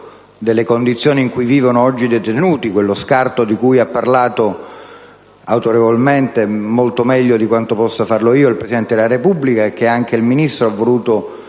delle condizioni in cui vivono oggi i detenuti, scarto di cui ha parlato autorevolmente, molto meglio di quanto possa farlo io, il Presidente della Repubblica, che anche il Ministro ha voluto